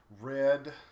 red